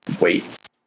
wait